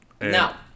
Now